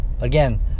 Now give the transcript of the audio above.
Again